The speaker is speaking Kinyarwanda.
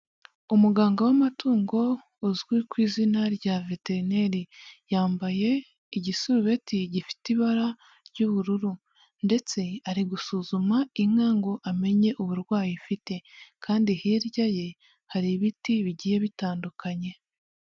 Umuganga w'amatungo, uzwi ku izina rya veterineri. Yambaye igisurubeti gifite ibara ry'ubururu. Ndetse ari gusuzuma inka ngo amenye uburwayi afite. Kandi hirya ye hari ibiti bigiye bitandukanye.